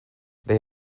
they